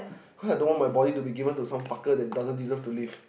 cause I don't want my body to be given to some fucker that doesn't deserve to live